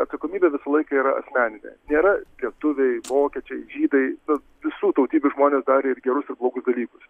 atsakomybė visą laiką yra asmeninė nėra lietuviai vokiečiai žydai nu visų tautybių žmonės darė ir gerus ir blogus dalykus